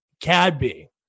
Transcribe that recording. Cadby